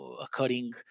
occurring